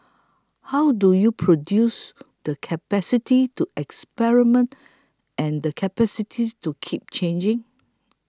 how do you produce the capacity to experiment and the capacity to keep changing